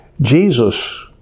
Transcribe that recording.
Jesus